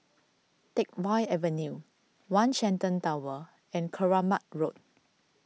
Teck Whye Avenue one Shenton Tower and Keramat Road